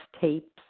tapes